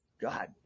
God